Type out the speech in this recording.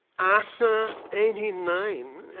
after eighty nine,